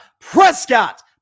Prescott